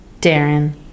Darren